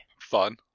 Fun